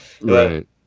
Right